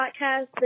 podcast